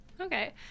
Okay